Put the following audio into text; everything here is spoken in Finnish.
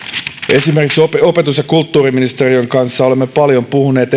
esimerkiksi opetus ja kulttuuriministeriön kanssa olemme paljon puhuneet